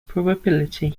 probability